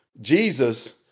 Jesus